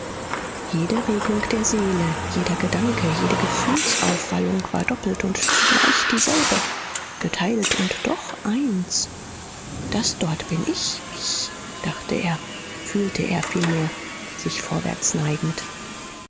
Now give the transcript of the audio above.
jede regung der seele jeder gedanke jede gefühlsaufwallung war doppelt und zugleich dieselbe geteilt und doch eins das dort bin ich ich dachte er fühlte er vielmehr sich vorwärts neigend